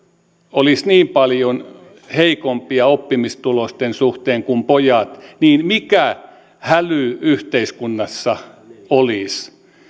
olisivat niin paljon heikompia oppimistulosten suhteen kuin pojat niin mikä häly yhteiskunnassa olisi